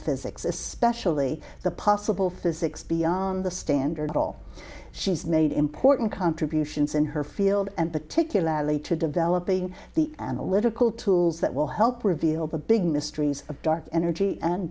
physics especially the possible physics beyond the standard at all she's made important contributions in her field and particularly to developing the analytical tools that will help reveal the big mysteries of dark energy and